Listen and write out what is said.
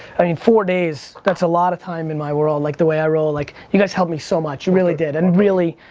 i mean, four days. that's a lot of time in my world. like, the way i roll. like you guys helped me so much. you really did. and really,